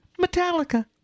Metallica